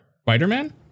Spider-Man